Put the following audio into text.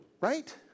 Right